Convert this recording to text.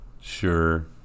Sure